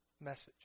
message